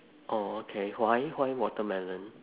oh okay why why watermelon